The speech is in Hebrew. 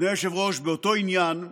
אדוני היושב-ראש, באותו עניין,